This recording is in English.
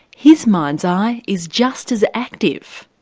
his mind's eye is just as active.